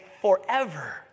forever